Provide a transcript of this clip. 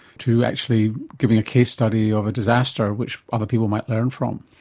to actually giving a case study of a disaster which other people might learn from.